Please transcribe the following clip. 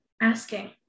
asking